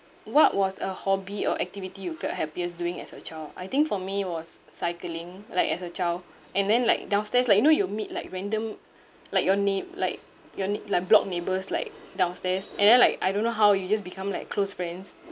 what was a hobby or activity you felt happiest doing as a child I think for me it was cycling like as a child and then like downstairs like you know you'll meet like random like your neigh~ like your ne~ like block neighbours like downstairs and then like I don't know how you just become like close friends